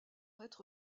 être